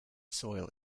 soil